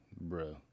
bro